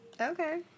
okay